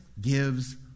gives